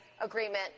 agreement